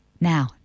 Now